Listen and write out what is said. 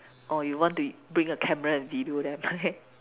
orh you want to bring your camera and video there right